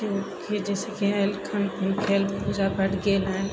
फिर जैसेकि आयल खान पान खायल पूजा पाठ गेल आयल